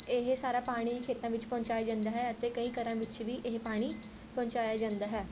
ਇਹ ਸਾਰਾ ਪਾਣੀ ਖੇਤਾਂ ਵਿੱਚ ਪਹੁੰਚਾਇਆ ਜਾਂਦਾ ਹੈ ਅਤੇ ਕਈ ਘਰਾਂ ਵਿੱਚ ਵੀ ਇਹ ਪਾਣੀ ਪਹੁੰਚਾਇਆ ਜਾਂਦਾ ਹੈ